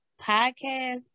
podcast